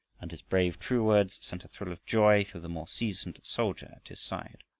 and his brave, true words sent a thrill of joy through the more seasoned soldier at his side.